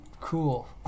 cool